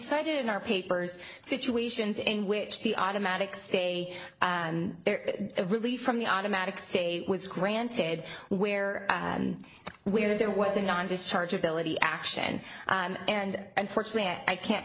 cited in our papers situations in which the automatic stay of relief from the automatic stay was granted where where there was a non discharge ability action and unfortunately i can't